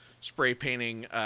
spray-painting